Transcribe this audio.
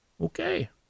Okay